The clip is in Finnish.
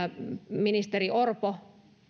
ministeri orpo